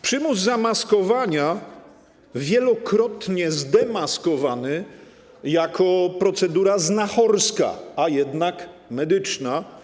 Przymus zamaskowania wielokrotnie zdemaskowany jako procedura znachorska, a jednak medyczna.